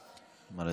נא לסיים.